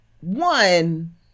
one